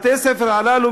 בתי-הספר הללו,